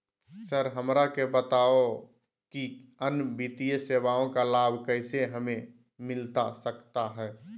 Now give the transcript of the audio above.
Sir हमरा के बताओ कि अन्य वित्तीय सेवाओं का लाभ कैसे हमें मिलता सकता है?